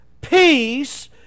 peace